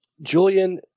Julian